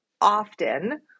often